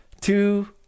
two